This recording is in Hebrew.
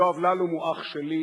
יואב ללום הוא אח שלי,